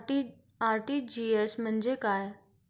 RTGS म्हणजे काय?